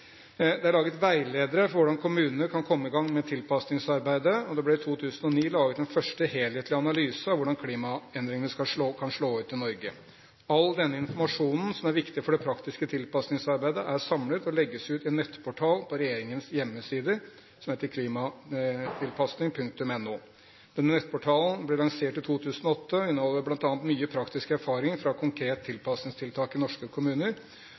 Det er laget veiledere for hvordan kommunene kan komme i gang med tilpasningsarbeidet, og det ble i 2009 laget en første helhetlig analyse av hvordan klimaendringene kan slå ut i Norge. All denne informasjonen, som er viktig for det praktiske tilpasningsarbeidet, er samlet og legges ut i en nettportal på regjeringens hjemmeside som heter klimatilpasning.no. Denne nettportalen ble lansert i 2008 og inneholder bl.a. mye praktisk erfaring fra konkrete tilpasningstiltak i norske kommuner.